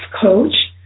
coach